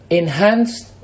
enhanced